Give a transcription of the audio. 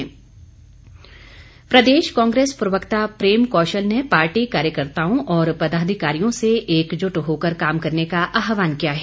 कांग्रेस प्रदेश कांग्रेस प्रवक्ता प्रेम कौशल ने पार्टी कार्यकर्ताओं व पदाधिकारियों से एकजुट होकर काम करने का आहवान किया है